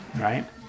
right